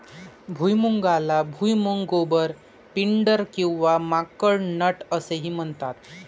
भुईमुगाला भुईमूग, गोबर, पिंडर किंवा माकड नट असेही म्हणतात